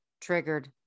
triggered